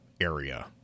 area